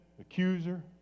accuser